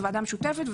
וועדה משותפת,